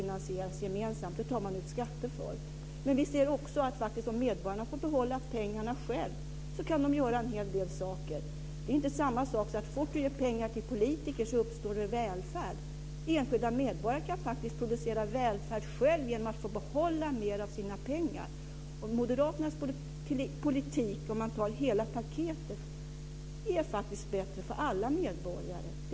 Det tar man ut skatter för. Men vi ser också att om medborgarna får behålla pengarna själva så kan de göra en hel del saker. Det är inte samma sak att säga att så fort man ger pengar till politiker så uppstår det välfärd. Enskilda medborgare kan faktiskt producera välfärd själva genom att få behålla mer av sina pengar. Och moderaternas politik, om man tar hela paketet, är faktiskt bättre för alla medborgare.